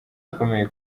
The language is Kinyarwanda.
akomeye